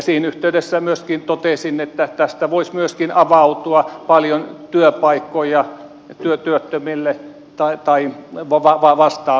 siinä yhteydessä myöskin totesin että tästä voisi myöskin avautua paljon työpaikkoja työttömille tai vastaaville